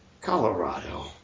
Colorado